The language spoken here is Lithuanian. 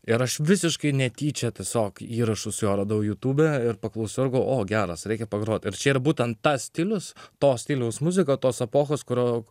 ir aš visiškai netyčia tiesiog įrašus suradau jutube ir paklausiau ir galvoju o geras reikia pagrot ir čia yra būtent tas stilius to stiliaus muzika tos epochos kuro